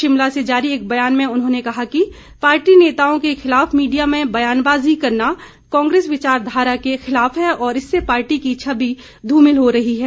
शिमला से जारी एक बयान में उन्होंने कहा कि पार्टी नेताओं के खिलाफ मीडिया में बयानबाजी करना कांग्रेस विचारधारा के खिलाफ है और इससे पार्टी की छवि ध्रमिल हो रही है